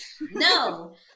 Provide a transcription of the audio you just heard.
No